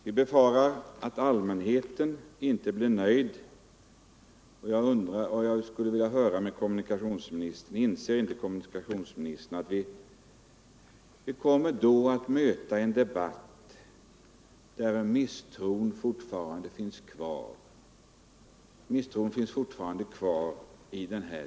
Vi befarar att allmänheten inte blir nöjd, och jag skulle vilja fråga kommunikationsministern: Inser inte kommunikationsministern att vi kommer att möta en debatt där misstron fortfarande finns kvar?